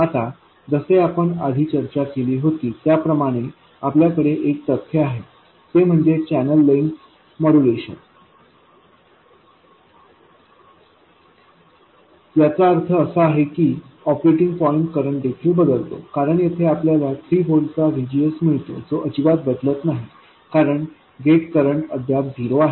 आता जसे आपण आधी चर्चा केली होती त्याप्रमाणे आपल्याकडे एक तथ्य आहे ते म्हणजे चॅनेल लेंग्थ मॉड्युलेशन याचा अर्थ असा आहे की ऑपरेटिंग पॉईंट करंट देखील बदलतो कारण येथे आपल्याला 3 व्होल्ट चा V GSमिळतो जो अजिबात बदलत नाही कारण गेटचा करंट अद्याप झिरो आहे